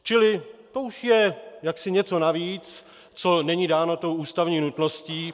Čili to už je jaksi něco navíc, co není dáno ústavní nutností.